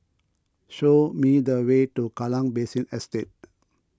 show me the way to Kallang Basin Estate